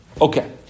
Okay